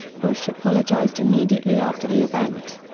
bush apologized immediately after the event.